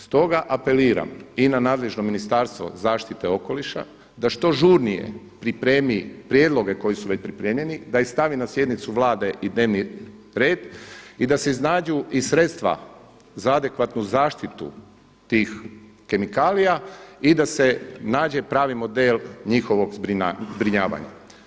Stoga apeliram i na nadležno Ministarstvo zaštite okoliša da što žurnije pripremi prijedloge koji su već pripremljeni, da ih stavi na sjednicu Vlade i dnevni red i da se iznađu i sredstva za adekvatnu zaštitu tih kemikalija i da se nađe pravi model njihovog zbrinjavanja.